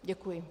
Děkuji.